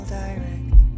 direct